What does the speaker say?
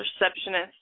receptionist